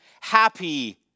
happy